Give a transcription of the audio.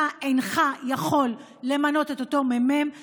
אתה אינך יכול למנות את אותו ממלא מקום,